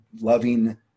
loving